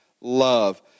love